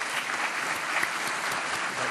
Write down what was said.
(מחיאות